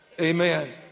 Amen